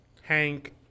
Hank